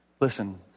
Listen